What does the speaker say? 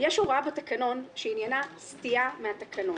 יש הוראה בתקנון שעניינה סטייה מהתקנון,